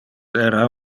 era